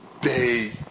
day